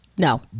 No